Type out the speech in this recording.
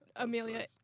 Amelia